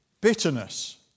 bitterness